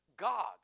God